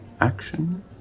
Action